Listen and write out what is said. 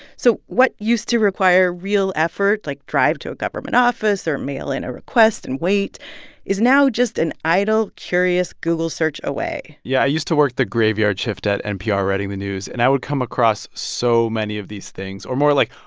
so what used to require real effort like, drive to a government office or mail in a request and wait is now just an idle, curious, google search away yeah. i used to work the graveyard shift at npr writing the news, and i would come across so many of these things or more, like,